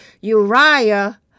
Uriah